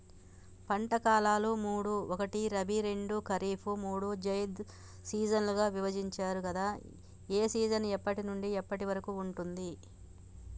పంటల కాలాలు మూడు ఒకటి రబీ రెండు ఖరీఫ్ మూడు జైద్ సీజన్లుగా విభజించారు కదా ఏ సీజన్ ఎప్పటి నుండి ఎప్పటి వరకు ఉంటుంది?